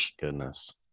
Goodness